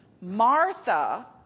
Martha